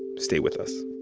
stay with us